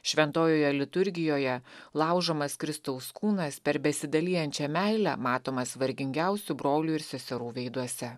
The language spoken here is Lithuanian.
šventojoje liturgijoje laužomas kristaus kūnas per besidalijančią meilę matomas vargingiausių brolių ir seserų veiduose